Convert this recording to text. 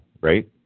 right